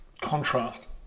contrast